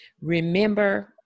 Remember